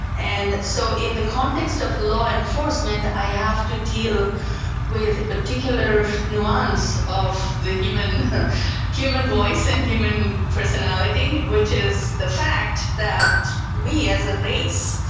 and so in the context of law enforcement, i have to deal with particular nuance of the human human voice and human personality, which is the fact that we, as a raise,